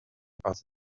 parti